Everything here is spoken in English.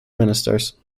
ministers